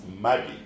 magic